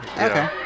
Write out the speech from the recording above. Okay